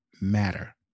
matter